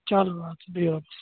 چلو ادسا بِہِو رۄبس حوال